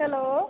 hello